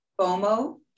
FOMO